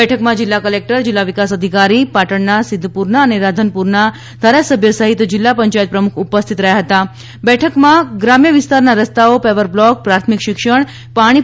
બેઠકમાં જિલ્લા કલેકટર જિલ્લા વિકાસ અધિકારી પાટણના સિધ્ધપુરના રાધનપુરના ધારા સભ્ય સહિત જિલ્લા પંચાયત પ્રમુખ ઉપસ્થિત રહ્યા અને બેઠકમાં ગ્રામ્ય વિસ્તારના રસ્તાઓ પેવર બ્લોક પ્રાથમિક શિક્ષણ પાણી હતા